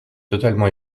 totalement